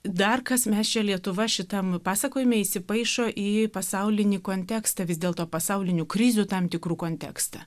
dar kas mes čia lietuva šitam pasakojime įsipaišo į pasaulinį kontekstą vis dėlto pasaulinių krizių tam tikrų kontekstą